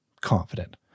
confident